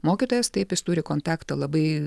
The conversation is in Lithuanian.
mokytojas taip jis turi kontaktą labai